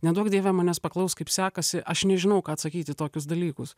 neduok dieve manęs paklaus kaip sekasi aš nežinau ką atsakyt į tokius dalykus